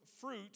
fruit